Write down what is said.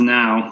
now